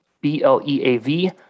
B-L-E-A-V